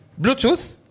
Bluetooth